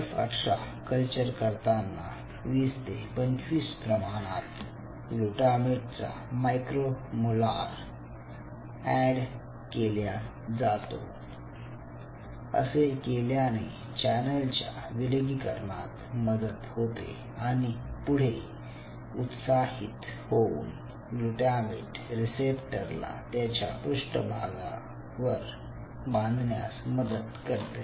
F 18 culture करताना 20 ते 25 प्रमाणात ग्लूटामेटचा मायक्रो मोलार ऍड केल्या जातो असे केल्याने चॅनेल च्या विलगीकरणात मदत होते आणि पुढे x उत्साहित होऊन ग्लूटामेट रीसेप्टरला त्याच्या पृष्टभागावर बांधण्यास मदत करते